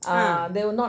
ah